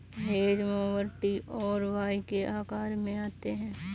hedge mower T और Y के आकार में आते हैं